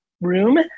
room